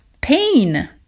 pain